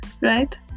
right